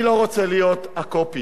אני לא רוצה להיות ה"קופי",